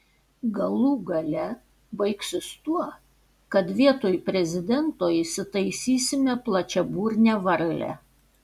galų gale baigsis tuo kad vietoj prezidento įsitaisysime plačiaburnę varlę